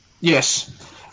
yes